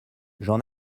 j’en